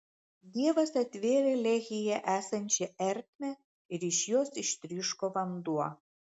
dievas atvėrė lehyje esančią ertmę ir iš jos ištryško vanduo